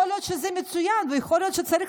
יכול להיות שזה מצוין ויכול להיות שצריך